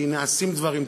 כי נעשים דברים טובים.